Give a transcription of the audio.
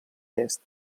est